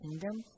kingdom